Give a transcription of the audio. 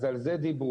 אז על זה דיברו.